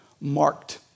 marked